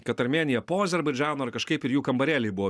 kad armėnija po azerbaidžano ar kažkaip ir jų kambarėliai buvo